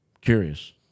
curious